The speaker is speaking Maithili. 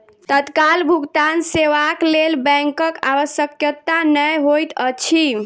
तत्काल भुगतान सेवाक लेल बैंकक आवश्यकता नै होइत अछि